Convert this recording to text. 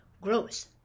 grows